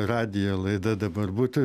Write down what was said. radijo laida dabar būtų